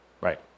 Right